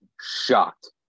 Shocked